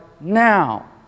now